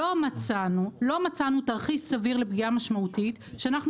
לא מצאנו תרחיש סביר לפגיעה משמעותית שאנחנו